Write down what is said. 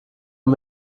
und